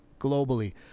globally